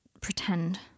pretend